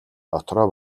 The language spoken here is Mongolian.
дотроо